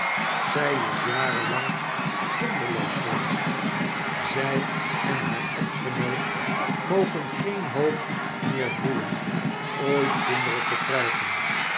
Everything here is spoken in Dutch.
byzonderheid zyisjaren lang kmderloos geweest zij en haar echtgenoot mogen geen hoop meer voeden ooit kinderen te krijgen